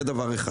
זה אחת.